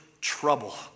trouble